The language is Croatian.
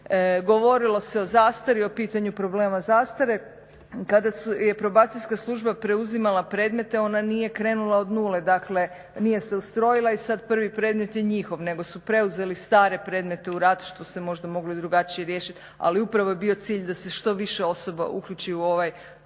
Govorilo se o zastari, o pitanju problema zastare. Kada je Probacijska služba preuzimala predmete ona nije krenula od nule, dakle nije se ustrojila i sada prvi predmet je njihov, nego su preuzeli stare predmete u rad što se možda moglo i drugačije riješiti. Ali upravo je bio cilj da se što više osoba uključi u ovaj dobar